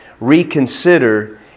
reconsider